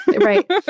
Right